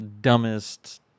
dumbest